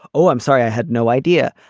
oh, i'm sorry, i had no idea.